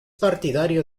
partidario